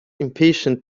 impatient